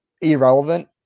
irrelevant